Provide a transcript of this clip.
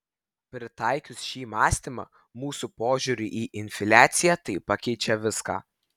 pritaikius šį mąstymą mūsų požiūriui į infliaciją tai pakeičia viską